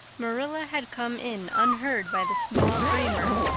marilla had come in unheard by the small dreamer.